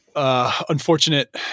Unfortunate